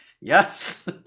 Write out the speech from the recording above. yes